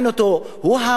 הוא מומחה-על.